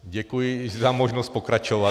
Děkuji i za možnost pokračovat.